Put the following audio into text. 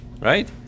Right